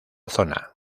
zona